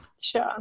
Sure